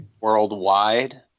worldwide